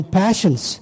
passions